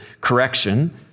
correction